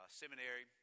seminary